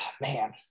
man